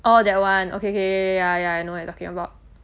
orh that one okay okay ya ya I know what you talking about